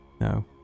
No